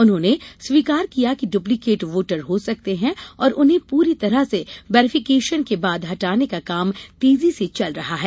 उन्होंने स्वीकार किया कि ड्प्लीकेट वोटर हो सकते हैं और उन्हें प्ररी तरह से वेरीफिकेशन के बाद हटाने का काम तेर्जी से चल रहा है